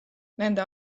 nende